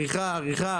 עריכה,